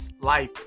life